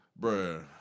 Bruh